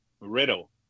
Riddle